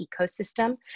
ecosystem